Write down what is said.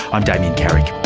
i'm damien carrick.